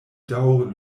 daŭre